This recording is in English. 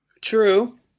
True